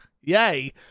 yay